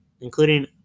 including